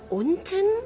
unten